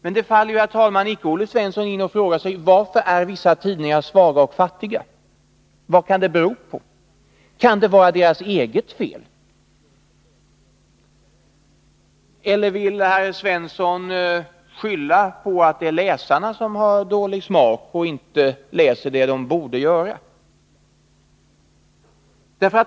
Men det faller, herr talman, icke Olle Svensson in att fråga sig: Varför är vissa tidningar svaga och fattiga? Vad kan det bero på? Kan det vara deras eget fel? Eller vill herr Svensson skylla på att det är läsarna som har dålig smak och inte läser det som de borde läsa?